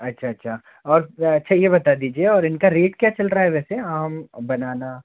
अच्छा अच्छा अब अच्छा ये बता दीजिए और इनका रेट क्या चल रहा है वैसे बनाना